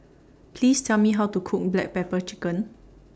Please Tell Me How to Cook Black Pepper Chicken